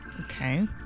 Okay